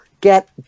get